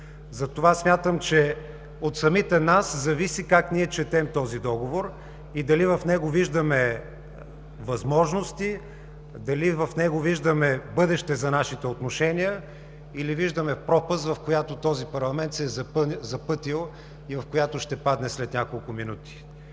Затова смятам, че от самите нас зависи как четем този договор и дали в него виждаме възможности, дали в него виждаме бъдеще за нашите отношения или виждаме пропаст, към която този парламент се е запътил и в която ще падне след няколко минути.